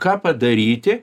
ką padaryti